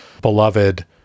beloved